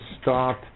start